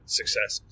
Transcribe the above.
success